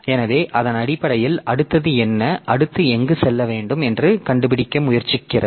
எனவே அதன் அடிப்படையில் அடுத்தது என்ன அடுத்து எங்கு செல்ல வேண்டும் என்று கண்டுபிடிக்க முயற்சிக்கிறது